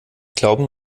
glauben